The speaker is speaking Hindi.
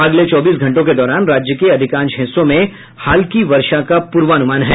अगले चौबीस घंटों के दौरान राज्य के अधिकांश हिस्सों में हल्की वर्षा का पूर्वानुमान है